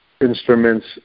instruments